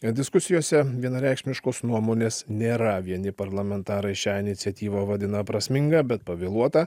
ir diskusijose vienareikšmiškos nuomonės nėra vieni parlamentarai šią iniciatyvą vadina prasminga bet pavėluota